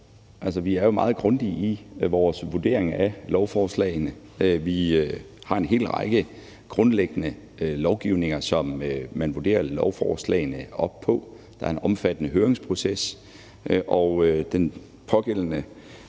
vi er jo meget grundige i vores vurdering af lovforslagene. Vi har en hel række grundlæggende lovgivninger, som man vurderer lovforslagene op på, og der er en omfattende høringsproces. I forhold til den pågældende